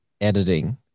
editing